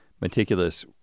meticulous